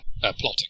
plotting